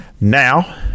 Now